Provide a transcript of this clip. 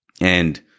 and-